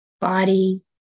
Body